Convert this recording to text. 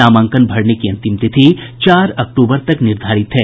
नामांकन भरने की अंतिम तिथि चार अक्टूबर तक निर्धारित है